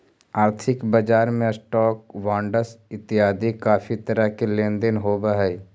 आर्थिक बजार में स्टॉक्स, बॉंडस इतियादी काफी तरह के लेन देन होव हई